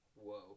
Whoa